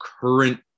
current